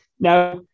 Now